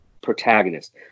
protagonist